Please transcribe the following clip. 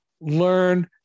learn